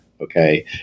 Okay